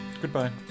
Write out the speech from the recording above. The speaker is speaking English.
Goodbye